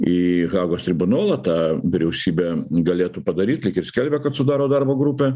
į hagos tribunolą tą vyriausybė galėtų padaryt lyg ir skelbia kad sudaro darbo grupę